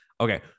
Okay